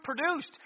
produced